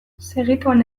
segituan